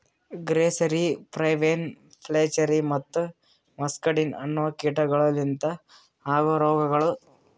grasserie, pebrine, flacherie ಮತ್ತ muscardine ಅನೋ ಕೀಟಗೊಳ್ ಲಿಂತ ಆಗೋ ರೋಗಗೊಳ್